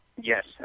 Yes